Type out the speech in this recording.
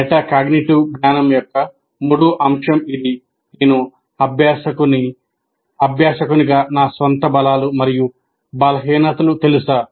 metacognitive జ్ఞానం యొక్క మూడవ అంశం ఇది నేను అభ్యాస కుని గా నా సొంత బలాలు మరియు బలహీనతల తెలుసా